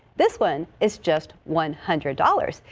this one is just one hundred dollars.